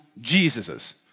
Jesus's